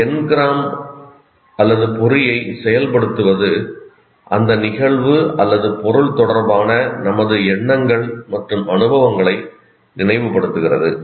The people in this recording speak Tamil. ஒரு என்கிராம்பொறியைச் செயல்படுத்துவது அந்த நிகழ்வு அல்லது பொருள் தொடர்பான நமது எண்ணங்கள் மற்றும் அனுபவங்களை நினைவுபடுத்துகிறது